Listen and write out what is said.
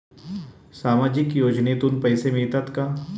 सामाजिक योजनेतून पैसे मिळतात का?